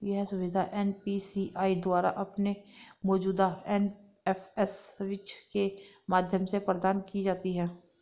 यह सुविधा एन.पी.सी.आई द्वारा अपने मौजूदा एन.एफ.एस स्विच के माध्यम से प्रदान की जाती है